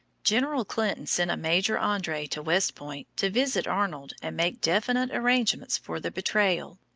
general clinton sent a major andre to west point to visit arnold and make definite arrangements for the betrayal.